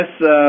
Yes